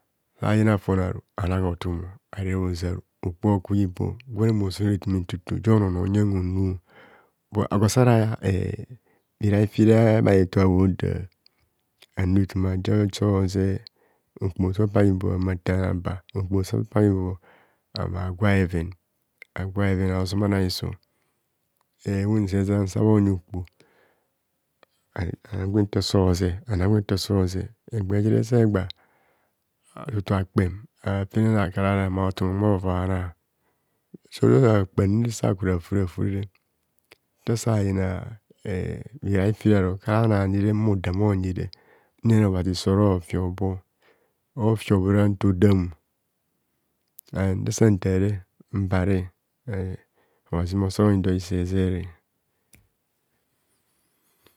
Sayina fonaru anan hotum areb ozav okpokpo oku mbibor gwener mosora eto ma jo onono onyen onu agwo soja bhiraifi bhareror habhoda anu etoma jo so oze okposo pa bhibo ahumo atar bar okpo so pa bhi bo a humo atar bar okpo so pa bhi bo ahumo agwa bheven, agwa bheven a’o zuma hiso he hu hun se san sabhoyi okpoho anang gwe ntor so sep egba je se egba je se egba tu tu tu akpem arakpeme afenana akarana, ma hotum omovoi ana sorara akpem aku rafure rafure, nta sa yina bhira fire aru kara nanire mmo dam onyi nnenere obhazi so ro fi hobo ofiobo ora ntar odam ntasantare mbare obhazi mo sonyi do hisozere